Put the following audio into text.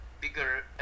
bigger